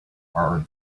are